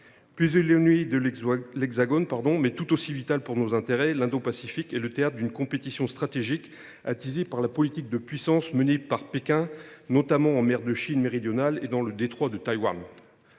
Plus éloigné de l’Hexagone, mais tout aussi vital pour nos intérêts, l’Indo Pacifique est le théâtre d’une compétition stratégique attisée par la politique de puissance menée par Pékin, notamment en mer de Chine méridionale et dans le détroit de Taïwan.